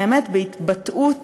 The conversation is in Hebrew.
באמת בהתבטאות